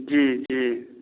जी जी